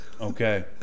Okay